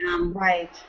Right